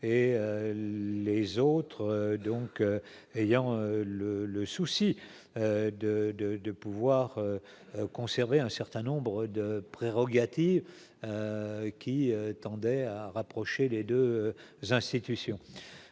et les autres, donc ayant le le souci de, de, de pouvoir conserver un certain nombre de prérogatives qui tendaient à rapprocher les 2 institutions